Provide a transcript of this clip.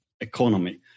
economy